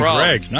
Greg